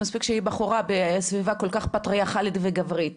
מספיק שהיא בחורה בסביבה כל כך פטריארכלית וגברית.